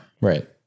Right